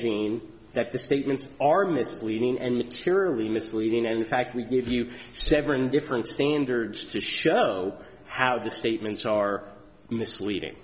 g that the statements are misleading and materially misleading and in fact we give you several different standards to show how the statements are misleading